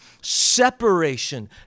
separation